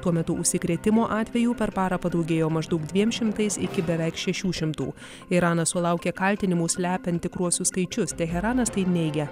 tuo metu užsikrėtimo atvejų per parą padaugėjo maždaug dviem šimtais iki beveik šešių šimtų iranas sulaukė kaltinimų slepiant tikruosius skaičius teheranas tai neigia